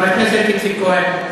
חבר הכנסת איציק כהן.